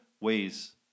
ways